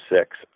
six